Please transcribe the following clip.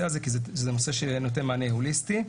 הזה כי זה נושא שנותן מענה הוליסטי.